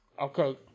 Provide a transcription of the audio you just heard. Okay